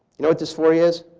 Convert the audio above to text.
you know what dysphoria is?